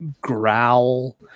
growl